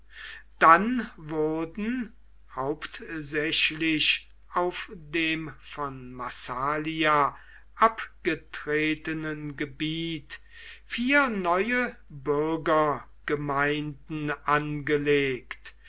dann wurden hauptsächlich auf dem von massalia abgetretenen gebiet vier neue bürgergemeinden angelegt